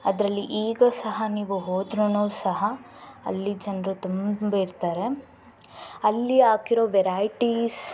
ಅದರಲ್ಲಿ ಈಗ ಸಹ ನೀವು ಹೋದ್ರೂ ಸಹ ಅಲ್ಲಿ ಜನರು ತುಂಬಿರ್ತಾರೆ ಅಲ್ಲಿ ಹಾಕಿರೊ ವೆರೈಟೀಸ್